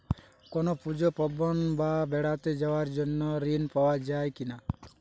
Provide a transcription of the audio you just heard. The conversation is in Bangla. কোনো পুজো পার্বণ বা বেড়াতে যাওয়ার জন্য ঋণ পাওয়া যায় কিনা?